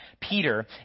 Peter